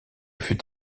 fut